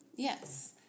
Yes